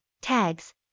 tags